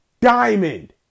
Diamond